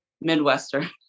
Midwestern